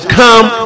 come